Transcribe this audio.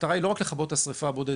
המטרה היא לא רק לכבות את השריפה הבודדת,